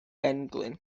englyn